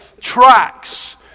tracks